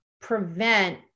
prevent